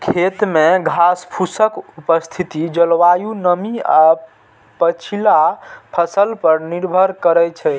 खेत मे घासफूसक उपस्थिति जलवायु, नमी आ पछिला फसल पर निर्भर करै छै